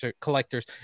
collectors